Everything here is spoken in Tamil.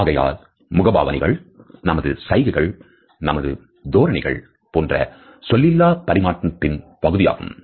ஆகையால் முகபாவனைகள் நமது சைகைகள் நமது தோரணைகள் என்பன சொல்லிலா பரிமாற்றத்தின் பகுதிகளாகும்